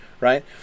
right